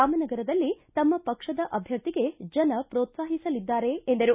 ರಾಮನಗರದಲ್ಲಿ ತಮ್ಮ ಪಕ್ಷದ ಅಭ್ಯರ್ಥಿಗೆ ಜನ ಪ್ರೋತ್ಲಾಹಿಸಲಿದ್ದಾರೆ ಎಂದರು